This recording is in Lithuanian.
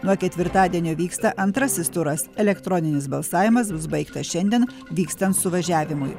nuo ketvirtadienio vyksta antrasis turas elektroninis balsavimas bus baigtas šiandien vykstant suvažiavimui